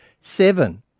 Seven